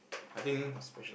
I think